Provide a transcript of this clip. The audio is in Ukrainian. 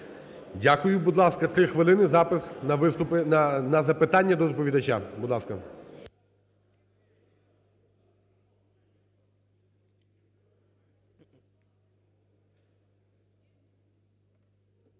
Дякую. Будь ласка, три хвилини запис на запитання до доповідача.